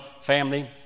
family